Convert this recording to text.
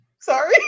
Sorry